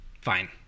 Fine